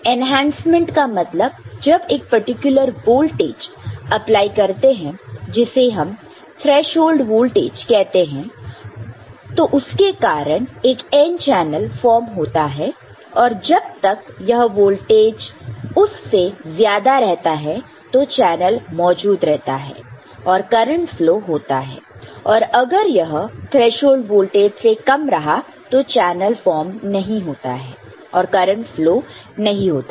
enhancement का मतलब जब एक पर्टिकुलर वोल्टेज अप्लाई करते हैं जिसे हम थ्रेशोल्ड वोल्टेज कहते हैं को उसके कारण एक n चैनल फॉर्म होता है और जब तक यह वोल्टेज उस से ज्यादा रहता है तो चैनल मौजूद रहता है और करंट फ्लो होता है और अगर यह थ्रेशोल्ड वोल्टेज से कम रहा तो चैनल फॉर्म नहीं होता है और करंट फ्लो नहीं होता है